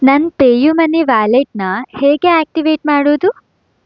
ನನ್ನ PayU money ವ್ಯಾಲೆಟನ್ನು ಹೇಗೆ ಆ್ಯಕ್ಟಿವೇಟ್ ಮಾಡೋದು